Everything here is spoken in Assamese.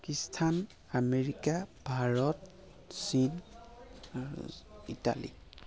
পাকিস্তান আমেৰিকা ভাৰত চীন আৰু ইটালী